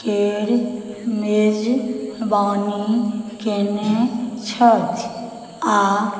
के मेजबानी कएने छथि आओर